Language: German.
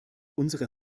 unsere